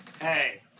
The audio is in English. Hey